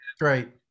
Right